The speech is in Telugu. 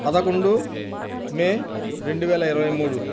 పదకొండు మే రెండువేల ఇరవైమూడు